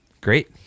great